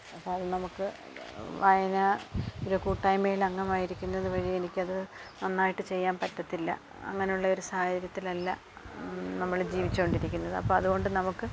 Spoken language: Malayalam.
അപ്പോൾ അത് നമുക്ക് വായന ഒരു കൂട്ടായ്മയിൽ അംഗമായി ഇരിക്കുന്നത് വഴി എനിക്കത് നന്നായിട്ട് ചെയ്യാൻ പറ്റില്ല അങ്ങനെ ഉള്ളൊരു സാഹചര്യത്തിലല്ല നമ്മൾ ജീവിച്ചുകൊണ്ടിരിക്കുന്നത് അപ്പോൾ അതുകൊണ്ട് നമുക്ക്